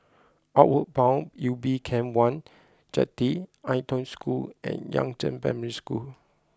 outward Bound Ubin Camp one Jetty Ai Tong School and Yangzheng Primary School